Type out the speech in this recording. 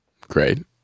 great